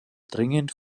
dringend